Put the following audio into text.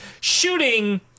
shooting